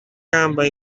gamba